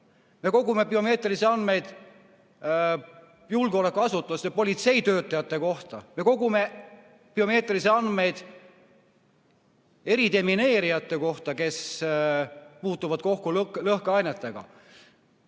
me kogume biomeetrilisi andmeid julgeolekuasutuste, politseitöötajate kohta, me kogume biomeetrilisi andmeid eridemineerijate kohta, kes puutuvad kokku lõhkeainetega.